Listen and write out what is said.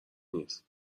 نیست